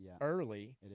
early